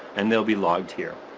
and they'll be logged here.